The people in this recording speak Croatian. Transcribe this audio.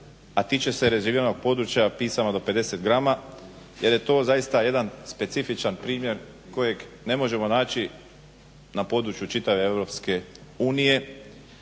a tiče se rezerviranog područja pisama do 50 grama jer je to zaista jedan specifičan primjer kojeg ne možemo naći na području čitave